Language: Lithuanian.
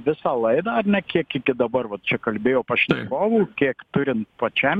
visą laidą ar ne kiek iki dabar va čia kalbėjo pašnekovų kiek turint pačiam